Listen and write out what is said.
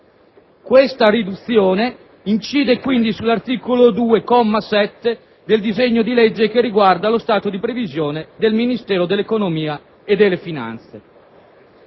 Questa riduzione incide quindi sull'articolo 2, comma 7, del disegno di legge e riguarda lo stato di previsione del Ministero dell'economia e delle finanze.